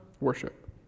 worship